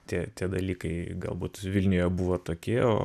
tie tie dalykai galbūt vilniuje buvo tokie o